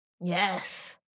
Yes